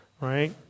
right